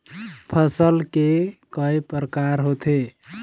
फसल के कय प्रकार होथे?